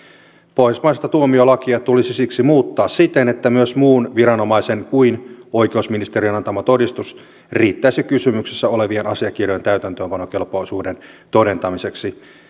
pohjoismaista tuomiolakia tulisi siksi muuttaa siten että myös muun viranomaisen kuin oikeusministeriön antama todistus riittäisi kysymyksessä olevien asiakirjojen täytäntöönpanokelpoisuuden todentamiseksi